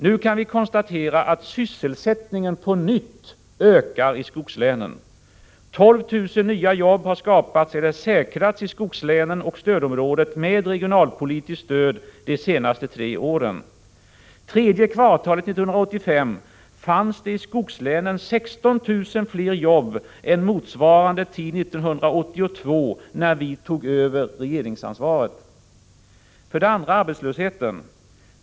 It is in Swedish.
Nu kan vi konstatera, att sysselsättningen på nytt ökar i skogslänen. 12 000 nya jobb har skapats eller säkrats i skogslänen och stödområdet med regionalpo litiskt stöd de tre senaste åren. Tredje kvartalet 1985 fanns det i skogslänen 16 000 fler jobb än motsvarande tid 1982 — när vi tog över regeringsansvaret. För det andra: arbetslösheten.